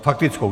Faktickou.